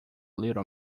little